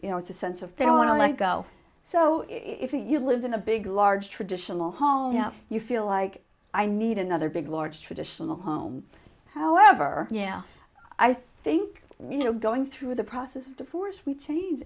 you know it's a sense of their own like oh so if you lived in a big large traditional home yeah you feel like i need another big large traditional home however yeah i think you know going through the process of divorce we change